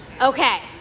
Okay